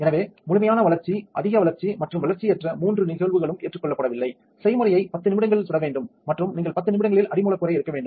எனவே முழுமையான வளர்ச்சி அதிக வளர்ச்சி மற்றும் வளர்ச்சியற்ற மூன்று நிகழ்வுகளும் ஏற்றுக்கொள்ளப்படவில்லை செய்முறையை 10 நிமிடங்கள் சுட வேண்டும் மற்றும் நீங்கள் 10 நிமிடங்களில் அடி மூலக்கூறை எடுக்க வேண்டும்